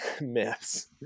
myths